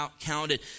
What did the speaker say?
counted